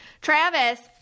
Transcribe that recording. Travis